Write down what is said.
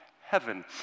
Heaven